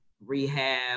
rehab